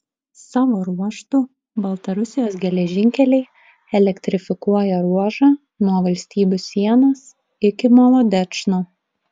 savo ruožtu baltarusijos geležinkeliai elektrifikuoja ruožą nuo valstybių sienos iki molodečno